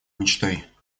мечтой